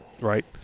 right